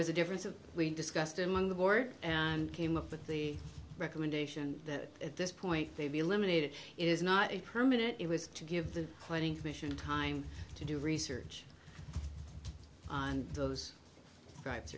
was a difference of we discussed among the board and came up with the recommendation that at this point they'd be eliminated is not a permit it was to give the planning commission time to do research on those ri